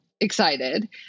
excited